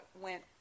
went